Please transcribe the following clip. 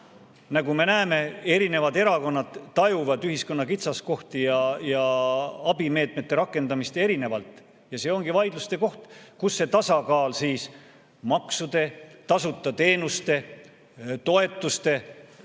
Nagu me näeme, erinevad erakonnad tajuvad ühiskonna kitsaskohti ja abimeetmete rakendamist erinevalt. See ongi vaidluse koht, kus see tasakaal siis maksude, tasuta teenuste, toetuste